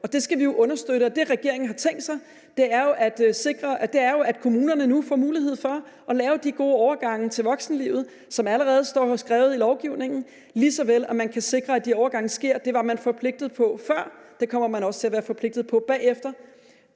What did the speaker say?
det skal vi understøtte. Det, regeringen har tænkt sig, er jo at sikre, at kommunerne nu får mulighed for at lave de gode overgange til voksenlivet, hvilket allerede står skrevet i lovgivningen, lige så vel som at man kan sikre, at de overgange sker. Det var man forpligtet til før, og det kommer man også til at være forpligtet til bagefter;